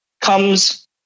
comes